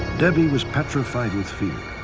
debbie was petrified with fear.